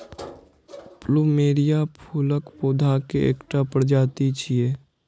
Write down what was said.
plumeria फूलक पौधा के एकटा प्रजाति छियै